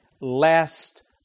lest